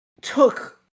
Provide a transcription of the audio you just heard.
took